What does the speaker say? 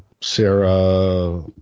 Sarah